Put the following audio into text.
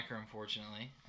unfortunately